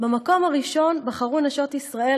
במקום הראשון בחרו נשות ישראל,